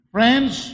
Friends